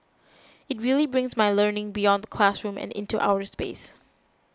it really brings my learning beyond the classroom and into outer space